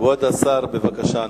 כבוד השר, בבקשה.